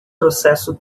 processo